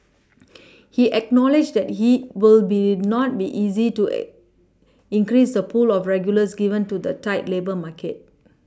he acknowledged that he will be not be easy to increase the pool of regulars given to the tight labour market